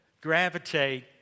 gravitate